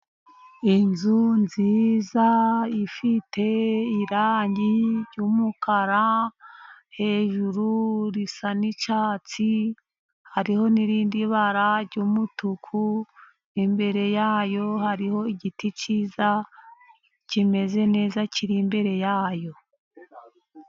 Inzu nziza ifite irangi ry'umukara , hejuru risa n'icyatsi, hariho n'irindi bara ry'umutuku , imbere yayo hariho igiti cyiza kimeze neza kiri imbere yayo.